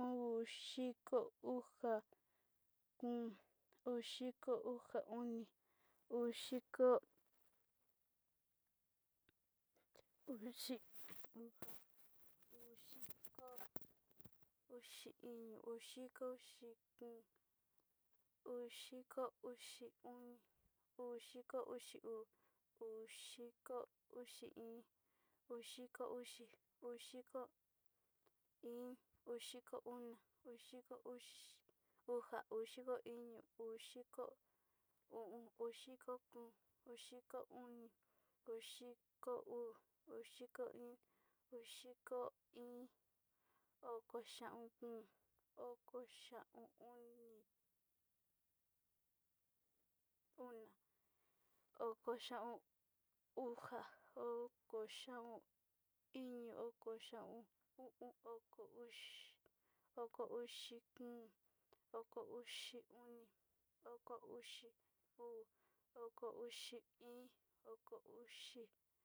o'on udiko ka kóo, udiko uxa komi, udiko, udiko udiko uxi íín, udiko xhi iin, udiko uxi o'on, udiko uxi uu, udiko uxi íín, udiko uxi uxi, udiko iin, udiko ona, udiko uxiunja udiko iño uu, udiko o'on uxi, udiko ona, udiko uu, udiko iin, udiko iin, oko xaon uu, uko xaon oni, oni oko xaon uxa, oko xaon iño oko xaon uu, oko uxi, oko uxi o'on, oko uxi ona, oko uxi uu, oko uxi iin, oko uxi.